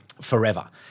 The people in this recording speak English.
forever